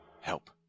help